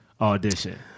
audition